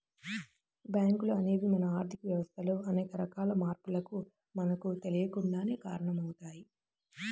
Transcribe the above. బ్యేంకులు అనేవి మన ఆర్ధిక వ్యవస్థలో అనేక రకాల మార్పులకు మనకు తెలియకుండానే కారణమవుతయ్